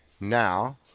now